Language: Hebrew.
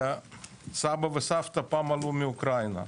סבא וסבתא פעם עלו מאוקראינה.